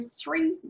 three